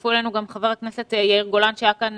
שהצטרפו אלינו גם חבר הכנסת יאיר גולן שהיה כאן